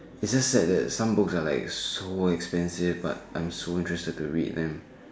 it just said that some book like so expensive but I am so interested do with them